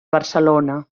barcelona